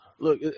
look